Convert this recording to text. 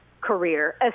career